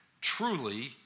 truly